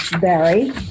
Barry